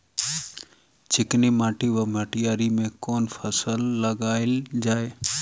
चिकनी माटि वा मटीयारी मे केँ फसल लगाएल जाए?